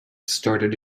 started